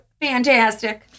fantastic